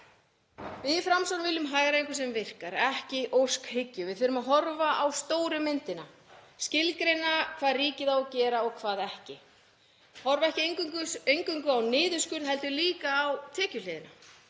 Við í Framsókn viljum hagræðingu sem virkar, ekki óskhyggju. Við þurfum að horfa á stóru myndina, skilgreina hvað ríkið á að gera og hvað ekki, horfa ekki eingöngu á niðurskurð heldur líka á tekjuhliðina,